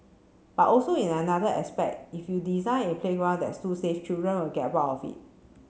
but also in another aspect if you design a playground that's too safe children will get bored of it